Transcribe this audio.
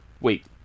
Wait